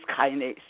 kinase